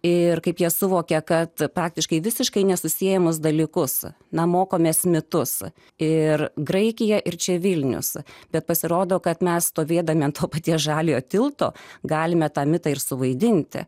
ir kaip jie suvokė kad praktiškai visiškai nesusiejamus dalykus na mokomės mitus ir graikija ir čia vilnius bet pasirodo kad mes stovėdami ant to paties žaliojo tilto galime tą mitą ir suvaidinti